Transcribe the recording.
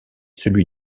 celui